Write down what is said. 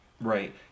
Right